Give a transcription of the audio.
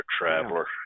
traveler